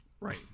right